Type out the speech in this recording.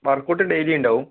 workout daily ഉണ്ടാവും